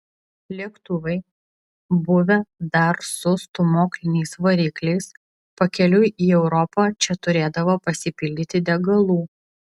lėktuvai buvę dar su stūmokliniais varikliais pakeliui į europą čia turėdavo pasipildyti degalų